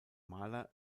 maler